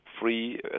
free